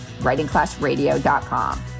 WritingClassRadio.com